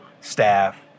staff